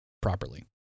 properly